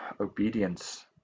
obedience